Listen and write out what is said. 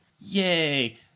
yay